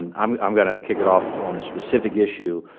um um going to kick it off on a specific issue,